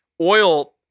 oil